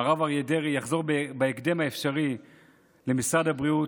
הרב אריה דרעי יחזור בהקדם האפשרי למשרד הבריאות.